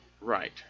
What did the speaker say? Right